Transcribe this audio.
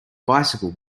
bicycle